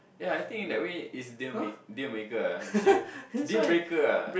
yea I think in that way is deal make deal maker ah she deal breaker ah